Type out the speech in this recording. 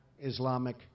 Islamic